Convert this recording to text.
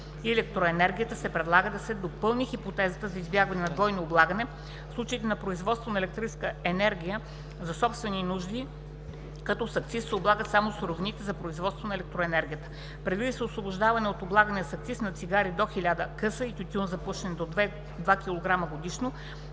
електроенергията се предлага да се допълни хипотезата за избягване на двойно облагане в случаите на производство на електрическа енергия за собствени нужди, като с акциз се облагат само суровините за производство на електроенергията. Предвижда се освобождаване от облагане с акциз на цигари до 1000 къса и тютюн за пушене до 2 кг годишно,